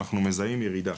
אנחנו מזהים ירידה